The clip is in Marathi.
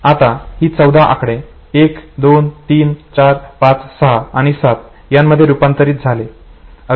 आता ही 14 आकडे 123456 आणि 7 यामध्ये रूपांतरित झाले